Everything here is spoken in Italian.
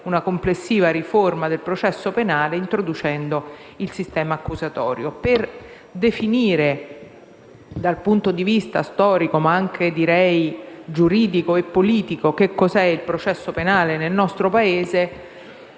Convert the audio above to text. una complessiva riforma del processo penale introducendo il sistema accusatorio. Per definire, dal punto di visto storico, ma anche direi giuridico e politico, che cos'è il processo penale nel nostro Paese,